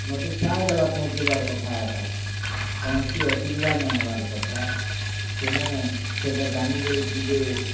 ମତେ ପହଁଞ୍ଚେଇବାର୍ କଥା ଏକା କୌଣସି ଅସୁବିଧା ନାଇ ହେବାର୍ କଥା ତୁମେ ସେଇଟା ଜାନିକରି ଟିକେ